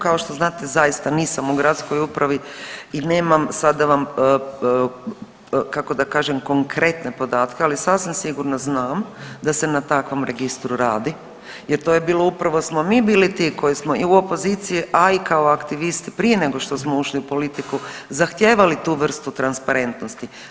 Kao što znate, zaista nisam u gradskoj upravi i nemam sada vam, kako da kažem, konkretne podatke, ali sasvim sigurno znam da se na takvom registru radi jer to je bilo, upravo smo mi bili ti koji smo i u opozicije, a i kao aktivisti prije nego što smo ušli u politiku zahtijevali tu vrstu transparentnosti.